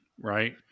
Right